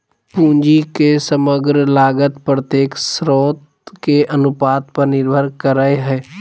पूंजी के समग्र लागत प्रत्येक स्रोत के अनुपात पर निर्भर करय हइ